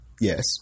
yes